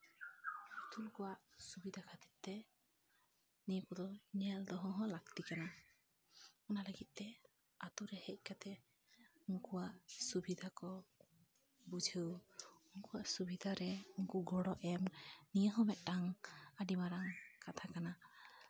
ᱯᱩᱨᱩᱫᱷᱩᱞ ᱠᱚᱣᱟᱜ ᱥᱩᱵᱤᱫᱷᱟ ᱠᱷᱟᱹᱛᱤᱨ ᱛᱮ ᱱᱤᱭᱟᱹ ᱠᱚᱫᱚ ᱧᱮᱞ ᱫᱚᱦᱚ ᱦᱚᱸ ᱞᱟᱹᱠᱛᱤ ᱠᱟᱱᱟ ᱚᱱᱟ ᱞᱟᱹᱜᱤᱫ ᱛᱮ ᱟᱹᱛᱩ ᱨᱮ ᱦᱮᱡ ᱠᱟᱛᱮᱫ ᱩᱱᱠᱩᱣᱟᱜ ᱥᱩᱵᱤᱫᱷᱟ ᱠᱚ ᱵᱩᱡᱷᱟᱹᱣ ᱩᱱᱠᱩᱣᱟᱜ ᱥᱩᱵᱤᱫᱷᱟ ᱨᱮ ᱩᱱᱠᱩ ᱜᱚᱲᱚ ᱮᱢ ᱱᱤᱭᱟᱹ ᱦᱚᱸ ᱢᱤᱫᱴᱟᱱ ᱟᱹᱰᱤ ᱢᱟᱨᱟᱝ ᱠᱟᱛᱷᱟ ᱠᱟᱱᱟ